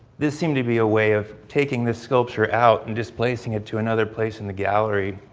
this seemed to be a way of taking the sculpture out and displacing it to another place in the gallery.